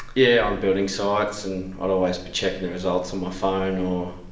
yeah, on building sites, and i'd always be checking the results on my phone or,